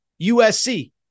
USC